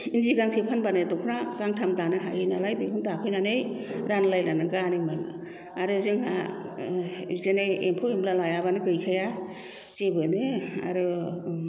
इन्दि गांसे फानबानो दख'ना गांथाम दानो हायो नालाय बेखौनो दाफैनानै रानलायनानै गानोमोन आरो जोंहा बिदिनो एम्फौ एनला लायाबानो गैखाया जेबोआनो आरो